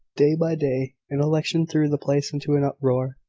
day by day an election threw the place into an uproar.